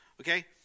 Okay